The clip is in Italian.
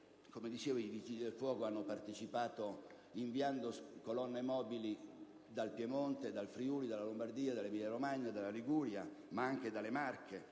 nazionale, i Vigili del fuoco hanno partecipato inviando colonne mobili dal Piemonte, dal Friuli, dalla Lombardia, dall'Emilia-Romagna, dalla Liguria; ma anche dalle Marche,